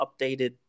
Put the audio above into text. updated